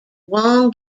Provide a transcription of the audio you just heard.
juan